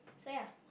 so ya